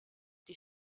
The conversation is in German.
die